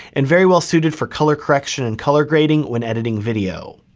and very well suited for color correction and color grading when editing video.